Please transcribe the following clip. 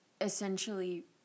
essentially